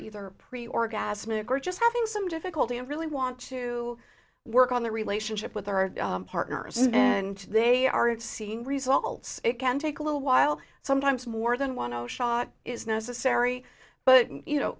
either pretty orgasmic were just having some difficulty and really want to work on the relationship with our partners and they aren't seeing results it can take a little while sometimes more than one zero shot is necessary but you know